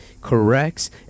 corrects